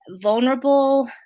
vulnerable